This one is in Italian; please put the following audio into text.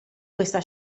questa